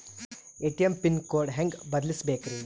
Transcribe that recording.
ATM pin code ಹೆಂಗ್ ಬದಲ್ಸ್ಬೇಕ್ರಿ?